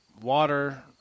water